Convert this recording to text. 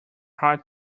hard